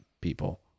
people